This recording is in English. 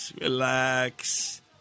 Relax